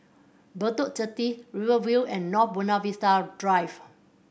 Bedok Jetty Rivervale and North Buona Vista Drive